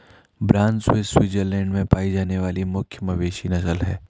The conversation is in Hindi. ब्राउन स्विस स्विट्जरलैंड में पाई जाने वाली मुख्य मवेशी नस्ल है